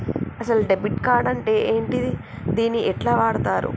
అసలు debit card అంటే ఏంటిది? దీన్ని ఎట్ల వాడుతరు?